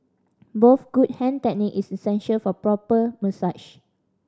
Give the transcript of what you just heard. both good hand technique is essential for a proper